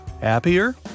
Happier